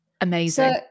Amazing